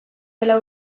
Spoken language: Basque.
dela